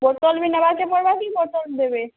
bottle ନେବାକେ କି ପଡ଼ିବ କି ସେଇଟାରେ ଦେଇ ଦେବେ